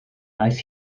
aeth